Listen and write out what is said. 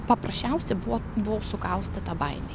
paprasčiausia buvo buvau sukaustyta baimėj